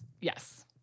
Yes